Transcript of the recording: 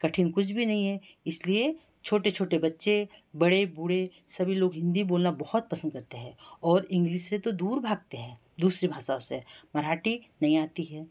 कठिन कुछ भी नहीं है इसलिए छोटे छोटे बच्चे बड़े बूढ़े सभी लोग हिंदी बोलना बहुत पसंद करते हैं और इंग्लीस से तो दूर भागते हैं दूसरी भाषाओं से मराठी नहीं आती है